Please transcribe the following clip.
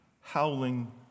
howling